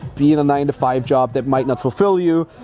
be in a nine-to-five job that might not fulfill you,